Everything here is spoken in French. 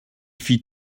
fit